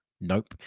Nope